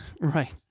right